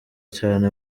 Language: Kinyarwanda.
cyane